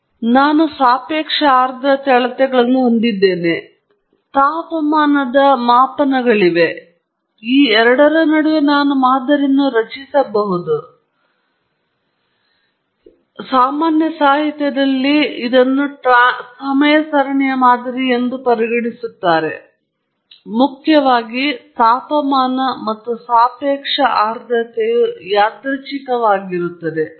ಆದ್ದರಿಂದ ನಾನು ಸಾಪೇಕ್ಷ ಆರ್ದ್ರತೆ ಅಳತೆಗಳನ್ನು ಹೊಂದಿದ್ದೇನೆ ನನಗೆ ತಾಪಮಾನದ ಮಾಪನಗಳಿವೆ ಮತ್ತು ಈ ಎರಡು ನಡುವೆ ನಾನು ಮಾದರಿಯನ್ನು ರಚಿಸಬಹುದು ಅದು ಇನ್ನೂ ಸಾಮಾನ್ಯ ಸಾಹಿತ್ಯದಲ್ಲಿ ಸಮಯ ಸರಣಿಯ ಮಾದರಿ ಎಂದು ಪರಿಗಣಿಸುತ್ತದೆ ಮುಖ್ಯವಾಗಿ ತಾಪಮಾನ ಮತ್ತು ಸಾಪೇಕ್ಷ ಆರ್ದ್ರತೆಯು ಯಾದೃಚ್ಛಿಕವಾಗಿರುತ್ತದೆ